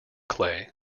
clay